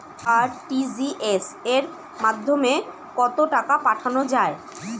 RTGS এর মাধ্যমে কত টাকা পাঠানো যায়?